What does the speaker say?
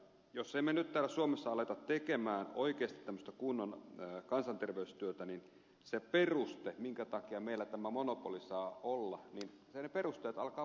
jos me emme nyt täällä suomessa ala tehdä oikeasti kunnon kansanterveystyötä niin ne perusteet minkä takia meillä tämä monopoli saa olla alkavat purkautua